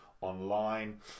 online